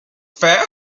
fair